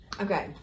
Okay